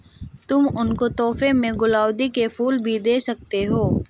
तुम उनको तोहफे में गुलाउदी के फूल भी दे सकती हो